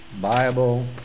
Bible